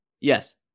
Yes